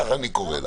כך אני קורא לה.